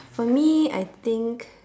for me I think